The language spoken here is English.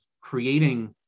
creating